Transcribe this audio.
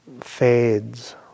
fades